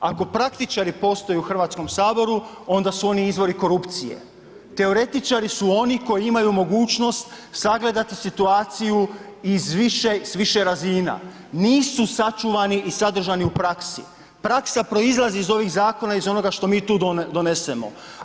Ako praktičari postoje u HS onda su oni izvori korupcije, teoretičari su oni koji imaju mogućnost sagledati situaciju iz više, s više razina, nisu sačuvani i sadržani u praksi, praksa proizlazi iz ovih zakona, iz onoga što mi tu donesemo.